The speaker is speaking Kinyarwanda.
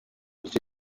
gice